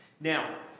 Now